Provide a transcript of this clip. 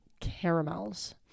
caramels